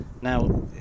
Now